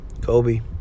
Kobe